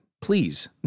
Please